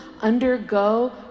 undergo